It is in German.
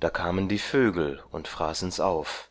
da kamen die vögel und fraßen's auf